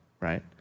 right